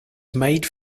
made